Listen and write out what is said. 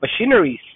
machineries